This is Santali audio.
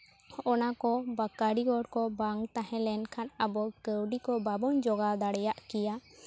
ᱚᱱᱟ ᱠᱚ ᱠᱟᱨᱤᱜᱚᱨ ᱠᱚ ᱵᱟᱝ ᱛᱟᱦᱮᱸ ᱞᱮᱱᱠᱷᱟᱱ ᱟᱵᱚ ᱠᱟᱹᱣᱰᱤ ᱠᱚ ᱵᱟᱵᱚᱱ ᱡᱳᱜᱟᱣ ᱫᱟᱲᱮᱭᱟᱜ ᱠᱮᱭᱟ